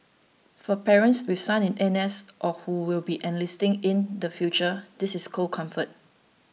for parents with sons in N S or who will be enlisting in the future this is cold comfort